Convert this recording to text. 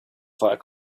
fight